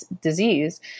disease